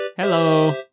Hello